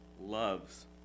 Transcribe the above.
loves